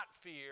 fear